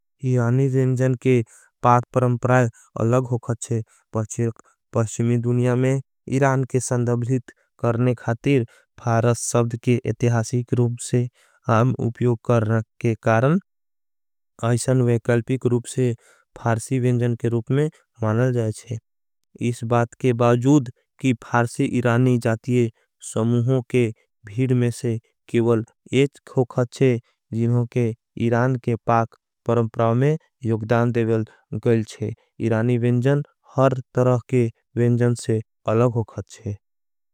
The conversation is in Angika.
इरानी विंजन के पाक परंप्राय अलग हो खच्चे। पश्यमी दुनिया में इरान के संदभृत करने खातीर। फारस सब्द के एतिहासीक रूप से आम उप्योग। करने के कारण ऐसान वेकलपिक रूप से। फारसी विंजन के रूप में मानल जायच्चे इस बात। के बाजूद कि फारसी इरानी जातिये समूहों के भीड में। से केवल एक हो खच्चे जिन्हों के इरान के पाक। परंप्राय में युगदान देवल गईल छे इरानी। विंजन हर तरह के विंजन से अलग हो खच्चे।